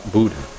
Buddha